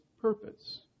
purpose